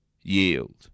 yield